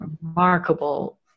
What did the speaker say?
remarkable